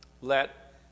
let